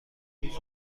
روز